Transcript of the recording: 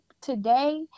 today